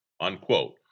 unquote